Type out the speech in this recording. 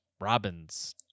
robin's